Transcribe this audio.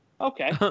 Okay